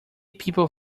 people